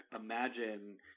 imagine